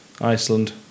Iceland